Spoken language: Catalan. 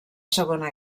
segona